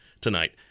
tonight